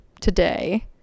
today